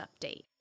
update